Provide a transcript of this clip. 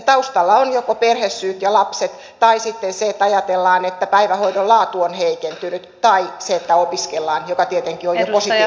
taustalla ovat joko perhesyyt ja lapset tai sitten se että ajatellaan että päivähoidon laatu on heikentynyt tai se että opiskellaan jolla tietenkin on jo positiivinen merkitys